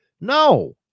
No